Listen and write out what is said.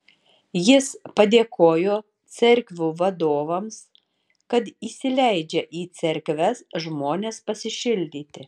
jis padėkojo cerkvių vadovams kad įsileidžia į cerkves žmones pasišildyti